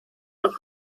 und